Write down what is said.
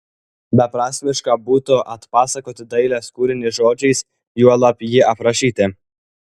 beprasmiška būtų atpasakoti dailės kūrinį žodžiais juolab jį aprašyti